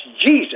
Jesus